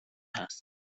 هستند